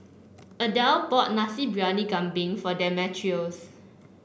Adelle bought Nasi Briyani Kambing for Demetrios